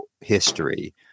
history